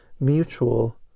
mutual